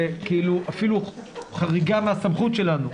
זה אפילו חריגה מהסמכות שלנו.